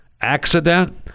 accident